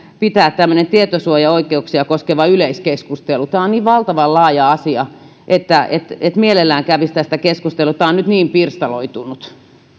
pitää tietosuojaoikeuksia koskeva yleiskeskustelu tämä on niin valtavan laaja asia että että mielellään kävisi tästä keskustelua tämä on nyt niin pirstaloitunut